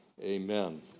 Amen